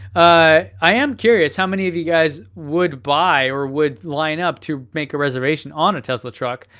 i am curious how many of you guys would buy or would line up to make a reservation on a tesla truck.